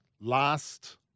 last